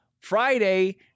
Friday